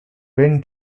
win